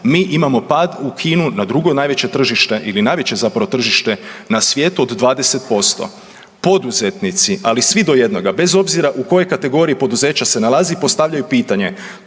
mi imamo pad u Kinu na drugo najveće tržište ili najveće tržište na svijetu od 20%. poduzetnici, ali svi do jednoga, bez obzira u kojoj kategoriji poduzeća se nalazi postavljaju pitanje,